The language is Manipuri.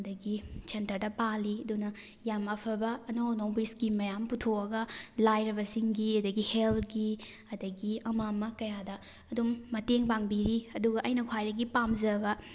ꯑꯗꯒꯤ ꯁꯦꯟꯇꯔꯗ ꯄꯥꯜꯂꯤ ꯑꯗꯨꯅ ꯌꯥꯝ ꯑꯐꯕ ꯑꯅꯧ ꯑꯅꯧꯕ ꯏꯁꯀꯤꯝ ꯃꯌꯥꯝ ꯑꯃ ꯄꯨꯊꯣꯛꯑꯒ ꯂꯥꯏꯔꯕꯁꯤꯡꯒꯤ ꯑꯗꯒꯤ ꯍꯦꯜꯠꯀꯤ ꯑꯗꯒꯤ ꯑꯃ ꯑꯃ ꯀꯌꯥꯗ ꯑꯗꯨꯝ ꯃꯇꯦꯡ ꯄꯥꯡꯕꯤꯔꯤ ꯑꯗꯨꯒ ꯑꯩꯅ ꯈ꯭ꯋꯥꯏꯗꯒꯤ ꯄꯥꯝꯖꯕ